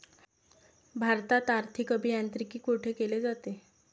भारतात आर्थिक अभियांत्रिकी कोठे केले जाते?